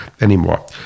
anymore